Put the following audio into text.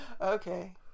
Okay